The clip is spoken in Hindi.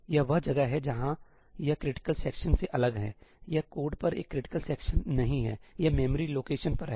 तो यह वह जगह है जहां यह क्रिटिकल सेक्शन से अलग है यह कोड पर एक क्रिटिकल सेक्शन नहीं है यह मेमोरी लोकेशन पर है